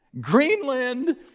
Greenland